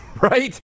Right